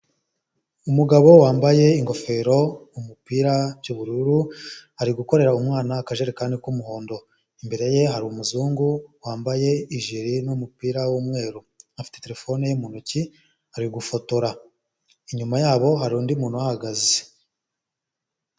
Umugabo wambaye ingofero, umupira by'ubururu ari gukorera umwana akajerekani k'umuhondo, imbere ye hari umuzungu wambaye ijiri n'umupira w'umweru, afite terefone ye mu ntoki ari gufotora inyuma yabo hari undi muntu uhahagaze.